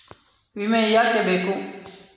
ವಿಮೆ ಯಾಕೆ ಬೇಕು?